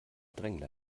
drängler